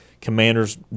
Commanders